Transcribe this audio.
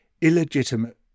illegitimate